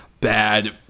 bad